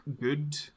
good